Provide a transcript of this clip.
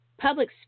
public